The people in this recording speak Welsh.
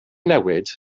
newid